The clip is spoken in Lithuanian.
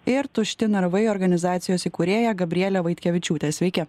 ir tušti narvai organizacijos įkūrėja gabriele vaitkevičiūte sveiki